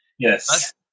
Yes